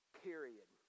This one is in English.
period